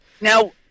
Now